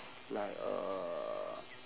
like uh